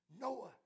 Noah